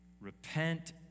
Repent